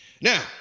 Now